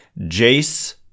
Jace